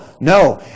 no